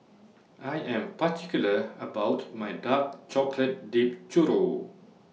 I Am particular about My Dark Chocolate Dipped Churro